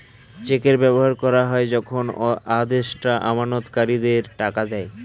চেকের ব্যবহার করা হয় যখন আদেষ্টা আমানতকারীদের টাকা দেয়